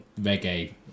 reggae